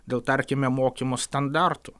dėl tarkime mokymo standartų